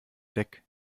deck